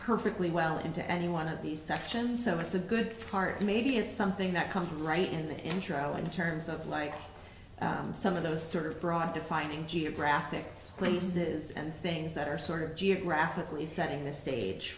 perfectly well into any one of these sections so it's a good part maybe it's something that comes right in the intro in terms of like some of those sort of broad defining geographic places and things that are sort of geographically setting the stage